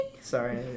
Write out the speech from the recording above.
Sorry